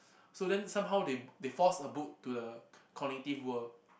so then somehow they they force a book to a cognitive world